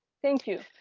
thank you,